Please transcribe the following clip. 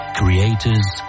creators